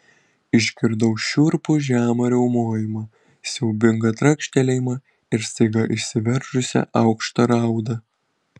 išgirdau šiurpų žemą riaumojimą siaubingą trakštelėjimą ir staiga išsiveržusią aukštą raudą